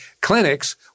clinics